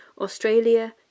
Australia